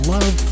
Love